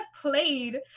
played